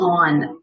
on